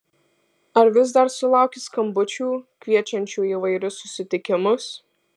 ar vis dar sulauki skambučių kviečiančių į įvairius susitikimus